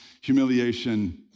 humiliation